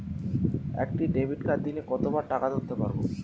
একটি ডেবিটকার্ড দিনে কতবার টাকা তুলতে পারব?